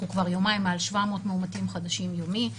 אנחנו כבר יומיים מעל 700 מאומתים חדשים יומי.